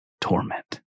torment